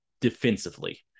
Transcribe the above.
defensively